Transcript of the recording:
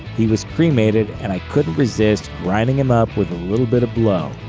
he was cremated and i couldn't resist grinding him up with a little bit of blow.